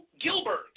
Gilbert